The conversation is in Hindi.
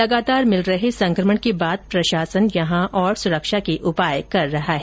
लगातार मिल रहे संकमण के बाद प्रशासन यहां और सुरक्षा के उपाय कर रहा है